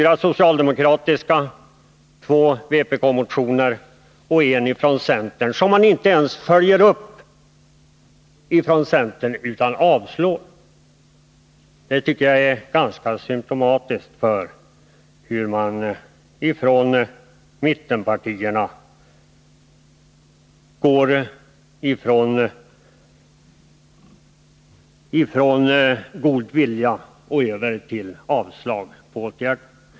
Fyra socialdemokratiska motioner, två från vpk och en från centern följer man inte upp ens från centerns sida utan avstyrker dem. Jag tycker det är ganska symtomatiskt för hur mittenpartierna går från god vilja över till avslag på förslag om åtgärder.